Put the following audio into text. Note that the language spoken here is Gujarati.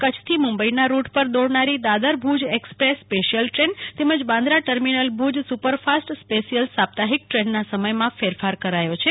કચ્છથી મુંબઈના ઋત પર દોડનારી Dadar Bhuj express special train તેમજ Bandra terminal Bhuj super fast special સાપ્તાહિક દ્રેનના સમયમાં ફેરફાર કરાયો છે